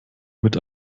mit